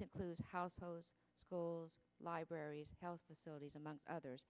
includes household schools libraries health facilities among others